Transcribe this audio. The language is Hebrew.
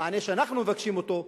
המענה שאנחנו מבקשים אותו,